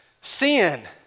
Sin